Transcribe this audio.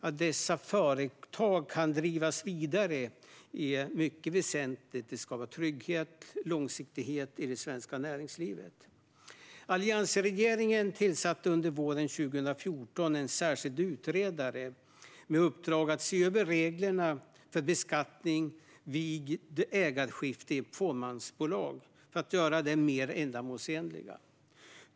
Att dessa företag kan drivas vidare är mycket väsentligt. De skapar trygghet och långsiktighet i det svenska näringslivet. Alliansregeringen tillsatte under våren 2014 en särskild utredare med uppdrag att se över reglerna för beskattning vid ägarskifte i fåmansbolag för att göra dem mer ändamålsenliga.